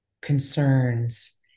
concerns